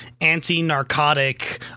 anti-narcotic